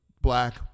black